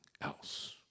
else